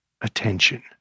attention